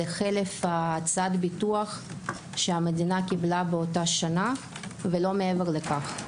זה חלף הצעת הביטוח שהמדינה קיבלה באותה שנה ולא מעבר לכך.